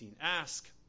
Ask